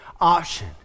option